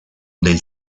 del